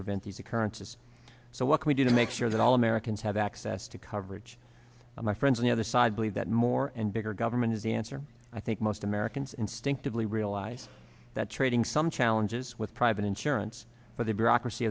prevent these occurrences so what can we do to make sure that all americans have access to coverage of my friends on the other side believe that more and bigger government is the answer i think most americans instinctively realize that trading some challenges with private insurance but the bureaucracy